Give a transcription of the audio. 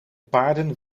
paarden